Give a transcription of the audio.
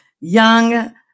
young